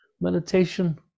Meditation